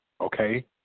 Okay